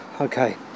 Okay